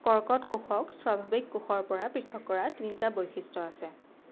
কৰ্কট কোষক স্বাভাৱিক কোষৰ পৰা পৃথক কৰাৰ তিনিটা বৈশিষ্ট্য আছে